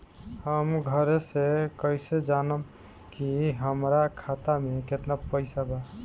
हम घरे से कैसे जानम की हमरा खाता मे केतना पैसा बा?